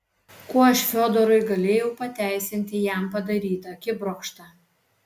kuo aš fiodorui galėjau pateisinti jam padarytą akibrokštą